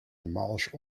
demolish